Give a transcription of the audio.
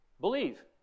Believe